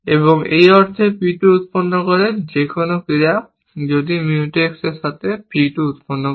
এবং এই অর্থে P 2 উৎপন্ন করে যেকোন ক্রিয়া যদি Mutex এর সাথে P 2 উৎপন্ন করে